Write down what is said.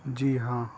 جی ہاں